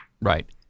Right